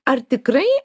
ar tikrai